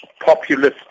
populist